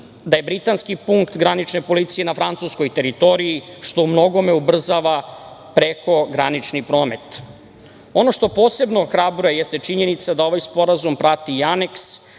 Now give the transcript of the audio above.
da je britanski punkt granične policije na francuskoj teritoriji, što u mnogome ubrzava preko granični promet. Ono što posebno ohrabruje, jeste činjenica da ovaj sporazum prati i aneks,